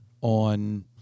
on